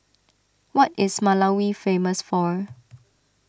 what is Malawi famous for